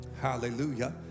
hallelujah